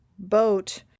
Boat